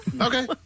Okay